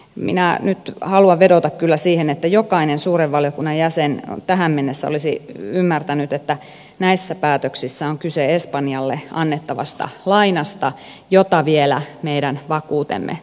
minä nyt haluan vedota kyllä siihen että jokainen suuren valiokunnan jäsen tähän mennessä olisi ymmärtänyt että näissä päätöksissä on kyse espanjalle annettavasta lainasta jota vielä meidän vakuutemme turvaavat